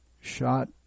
shot